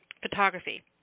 photography